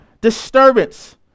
disturbance